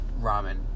ramen